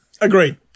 Agreed